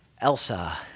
Elsa